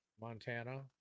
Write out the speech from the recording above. Montana